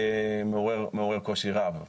מעורר קושי רב לטעמנו.